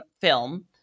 film